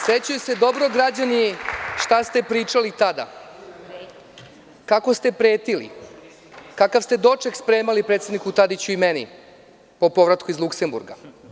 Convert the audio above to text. Sećaju se dobro građani šta ste pričali tada, kako ste pretili, kakav ste doček spremali predsedniku Tadiću i meni po povratku iz Luksemburga.